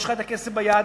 יש לך כסף ביד,